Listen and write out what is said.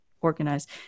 organized